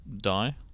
die